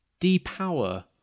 depower